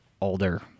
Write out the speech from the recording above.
older